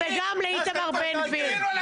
וגם את איתמר בן גביר.